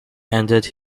ended